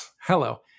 Hello